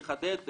לחדד,